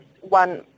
one